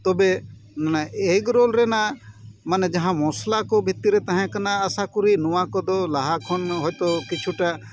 ᱛᱚᱵᱮ ᱚᱱᱟ ᱮᱜᱽᱨᱳᱞ ᱨᱮᱱᱟᱜ ᱢᱟᱱᱮ ᱡᱟᱦᱟᱸ ᱢᱚᱥᱞᱟ ᱠᱚ ᱵᱷᱤᱛᱨᱤ ᱨᱮ ᱛᱟᱦᱮᱸ ᱠᱟᱱᱟ ᱟᱥᱟ ᱠᱚᱨᱤ ᱱᱚᱶᱟ ᱠᱚᱫᱚ ᱞᱟᱦᱟ ᱠᱷᱚᱱ ᱦᱳᱭ ᱛᱚ ᱠᱤᱪᱷᱩᱴᱟ